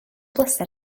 bleser